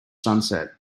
sunset